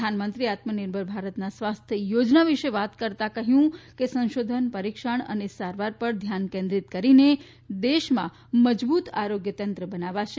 પ્રધાનમંત્રીએ આત્મનિર્ભર ભારત સ્વાસ્થ્ય યોજના વિશે વાત કરતાં કહ્યું કે સંશોધન પરીક્ષણ અને સારવાર પર ધ્યાન કેન્દ્રિત કરીને દેશમાં મજબૂત આરોગ્ય તંત્ર બનાવશે